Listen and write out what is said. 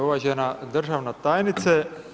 Uvažena državna tajnice.